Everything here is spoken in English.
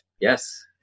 Yes